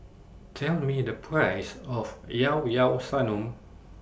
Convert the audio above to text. Tell Me The Price of Llao Llao Sanum